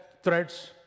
threats